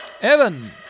Evan